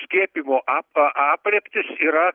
skiepijimo ap aprėptys yra